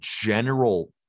general